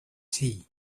tea